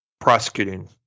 prosecuting